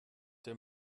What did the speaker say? der